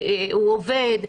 הוא עובד.